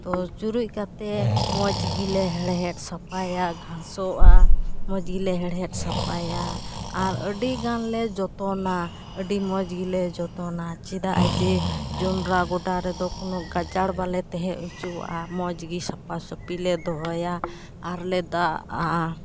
ᱛᱚ ᱪᱩᱴᱩᱡ ᱠᱟᱛᱮ ᱢᱚᱡ ᱜᱮᱞᱮ ᱦᱮᱲᱦᱮᱫ ᱥᱟᱯᱷᱟᱭᱟ ᱜᱷᱟᱥᱚᱜᱼᱟ ᱢᱚᱡᱽ ᱜᱮᱞᱮ ᱦᱮᱲᱦᱮᱫ ᱥᱟᱯᱟᱭᱟ ᱟᱨ ᱟᱹᱰᱤᱜᱟᱱ ᱞᱮ ᱡᱚᱛᱚᱱᱟ ᱟᱹᱰᱤ ᱢᱚᱡᱽ ᱜᱮ ᱡᱚᱛᱚᱱᱟ ᱪᱮᱫ ᱡᱮ ᱡᱚᱱᱰᱨᱟ ᱜᱚᱰᱟ ᱨᱮᱫᱚ ᱩᱱᱟᱹᱜ ᱜᱟᱡᱟᱨ ᱵᱟᱞᱮ ᱛᱟᱦᱮᱸ ᱚᱪᱚᱣᱟᱜᱼᱟ ᱢᱚᱡᱽ ᱜᱮ ᱥᱟᱯᱟ ᱥᱟᱯᱷᱤᱞᱮ ᱫᱚᱦᱚᱭᱟ ᱟᱨᱞᱮ ᱫᱟᱜ ᱟᱜᱼᱟ